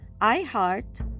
iHeart